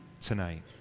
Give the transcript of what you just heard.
tonight